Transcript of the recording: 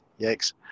yikes